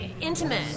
Intimate